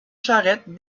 charette